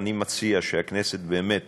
אני מציע שהכנסת באמת